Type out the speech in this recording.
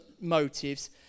motives